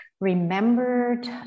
remembered